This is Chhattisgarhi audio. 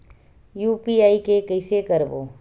यू.पी.आई के कइसे करबो?